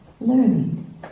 learning